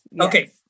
Okay